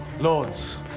Lords